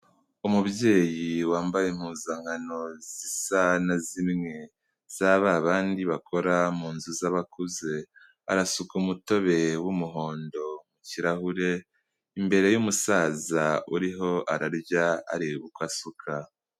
Umubyeyi wambaye impuzankano zisa na zimwe za ba bandi bakora mu nzu z'abakuze, arasuka umutobe w'umuhondo mu kirahure imbere y'umusaza uriho ararya areba uko asuka.